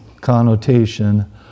connotation